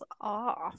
off